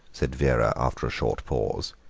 said vera after a short pause,